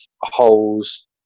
holes